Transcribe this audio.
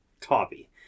Copy